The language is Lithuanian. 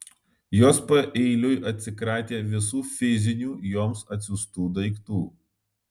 jos paeiliui atsikratė visų fizinių joms atsiųstų daiktų